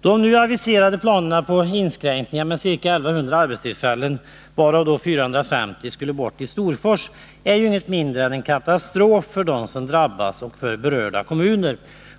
De nu aviserade planerna på inskränkningar med ca 1 100 arbetstillfällen, varav 450 skulle bort i Storfors, är ju inget mindre än en katastrof för dem som drabbas och för berörda kommuner.